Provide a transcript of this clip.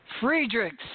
Friedrichs